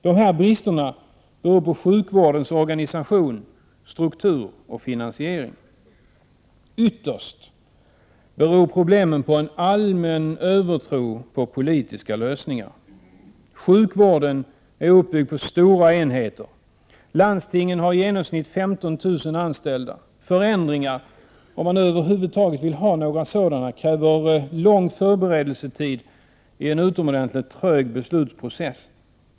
De här bristerna beror på sjukvårdens organisation, struktur och finansiering. Ytterst beror problemen på en allmän övertro på politiska lösningar. Sjukvården är uppbyggd på stora enheter. Landstingen har i genomsnitt 15 000 anställda. Förändringar — om man nu över huvud taget vill ha sådana — kräver lång förberedelsetid i en trög beslutsprocess.